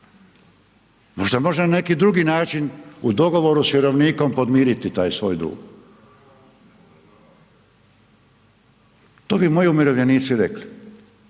Možda može na neki drugi način u dogovoru s vjerovnikom podmiriti taj svoj dug. To bi moji umirovljenici rekli,